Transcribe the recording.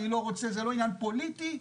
זה לא עניין פוליטי,